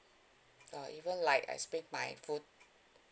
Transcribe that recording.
uh even like I sprain my foot